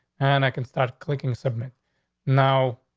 and i can start clicking. submit now,